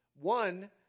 One